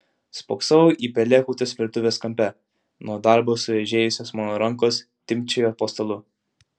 spoksojau į pelėkautus virtuves kampe nuo darbo sueižėjusios mano rankos timpčiojo po stalu